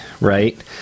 right